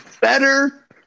better